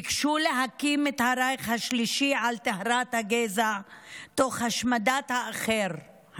ביקשו להקים את הרייך השלישי על טהרת הגזע תוך השמדת האחר,